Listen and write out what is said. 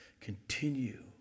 continue